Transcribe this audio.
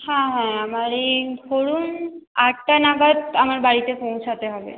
হ্যাঁ হ্যাঁ আমার এই ধরুন আটটা নাগাদ আমার বাড়িতে পৌঁছোতে হবে